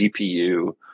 GPU